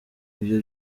ibyo